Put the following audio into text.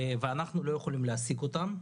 ואנחנו לא יכולים להעסיק אותם.